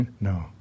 No